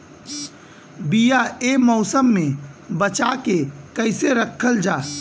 बीया ए मौसम में बचा के कइसे रखल जा?